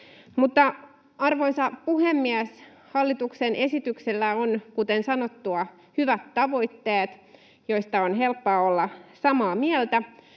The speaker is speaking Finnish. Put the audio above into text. Mutta, arvoisa puhemies, hallituksen esityksellä on, kuten sanottua, hyvät tavoitteet, joista on helppoa olla samaa mieltä,